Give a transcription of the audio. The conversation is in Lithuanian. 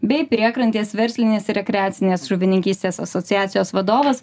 bei priekrantės verslinės ir rekreacinės žuvininkystės asociacijos vadovas